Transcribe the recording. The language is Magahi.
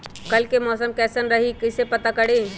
कल के मौसम कैसन रही कई से पता करी?